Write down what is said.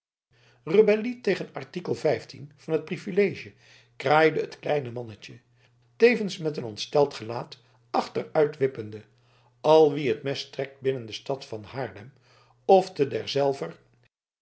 rebellie tegen art van het privilege kraaide het kleine mannetje tevens met een ontsteld gelaat achteruitwippende al wie het mes trekt binnen de stad haarlem ofte derzelver